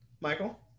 Michael